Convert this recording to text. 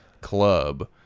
club